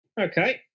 Okay